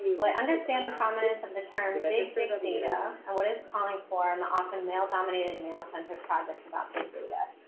well, i understand the prominence of the term big big data. and what is calling for and an often male dominated male centric projects about big data,